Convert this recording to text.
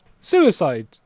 suicide